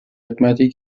خدمتی